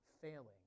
failing